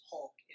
Hulk